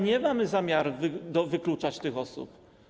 Nie mamy tutaj zamiaru wykluczać tych osób.